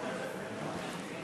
אני